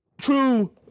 True